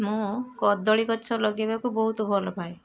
ମୁଁ କଦଳୀ ଗଛ ଲଗେଇବାକୁ ବହୁତ ଭଲପାଏ